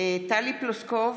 טלי פלוסקוב,